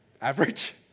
average